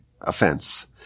offense